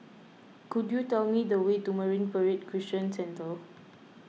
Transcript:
could you tell me the way to Marine Parade Christian Centre